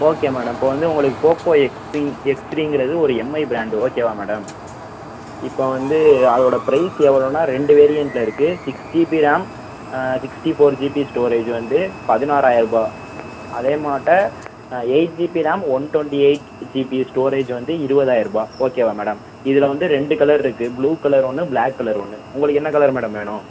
okay madam இப்போது வந்து உங்களுக்கு போகோ எக்ஸ் த்ரீ எக்ஸ் த்ரீங்கிறது ஒரு எம்ஐ பிராண்டு ஓகே வா மேடம் இப்போ வந்து அதோடய ப்ரைஸ் எவ்வளோன்னா ரெண்டு வேரியண்ட்ல இருக்குது six GB RAM sixty four GB storage வந்து பதினாறாயருபாய் அதே மாட்ட eight GB RAM one twenty eight GB storage வந்து இருபதாயருபா ஓகேவா மேடம் இதில் வந்து ரெண்டு கலர் இருக்குது ப்ளூ கலர் ஒன்று பிளாக் கலர் ஒன்று உங்களுக்கு என்ன கலர் மேடம் வேணும்